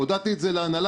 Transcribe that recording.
הודעתי את זה להנהלה.